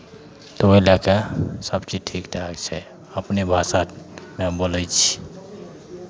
तऽ ओहि लए कऽ सभचीज ठीक ठाक छै अपने भाषामे बोलै छियै